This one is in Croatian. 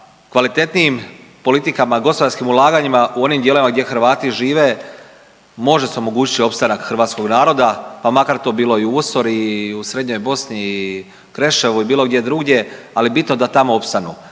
kvalitetnijim politikama i gospodarskim ulaganjima u onim dijelovima gdje Hrvati žive može se omogućiti opstanak hrvatskog naroda, pa makar to bilo i u Osori i u Srednjoj Bosni i Kreševu i bilo gdje drugdje, ali bitno da tamo opstanu.